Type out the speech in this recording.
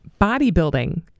bodybuilding